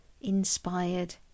inspired